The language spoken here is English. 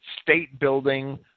state-building